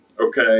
okay